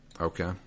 Okay